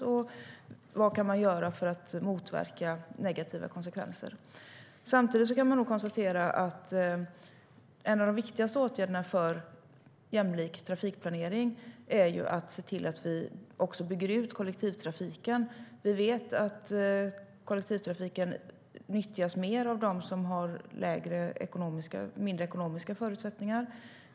Vad kan man göra för att motverka negativa konsekvenser? Samtidigt kan man konstatera att en av de viktigaste åtgärderna för jämlik trafikplanering är att se till att vi bygger ut kollektivtrafiken. Vi vet att kollektivtrafiken nyttjas mer av dem som har sämre ekonomiska förutsättningar.